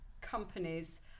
companies